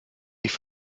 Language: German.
ich